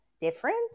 different